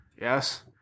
yes